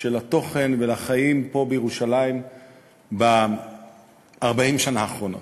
של התוכן ולחיים פה בירושלים ב-40 השנים האחרונות.